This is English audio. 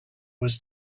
was